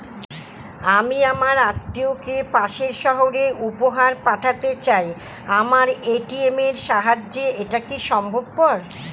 আমি আমার আত্মিয়কে পাশের সহরে উপহার পাঠাতে চাই আমার এ.টি.এম এর সাহায্যে এটাকি সম্ভবপর?